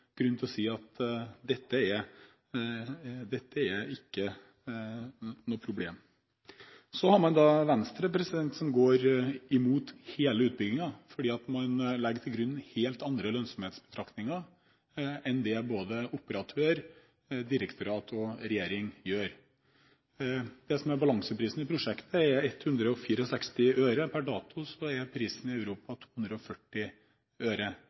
Venstre som går imot hele utbyggingen fordi man legger til grunn helt andre lønnsomhetsbetraktninger enn det både operatør, direktoratet og regjering gjør. Det som er balanseprisen i prosjektet, er 164 øre. Per dato er prisen i Europa 240 øre.